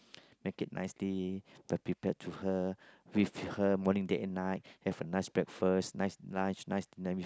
make it nicely then prepared to her with her morning day and night have a nice breakfast nice lunch nice dinner with